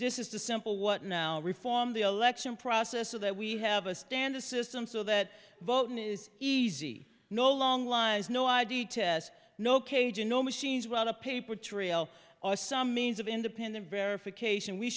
this is the simple what now reform the election process so that we have a standard system so that voting is easy no long lines no id no cage and no machines without a paper trail or some means of independent verification we